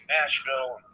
Nashville